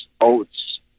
oats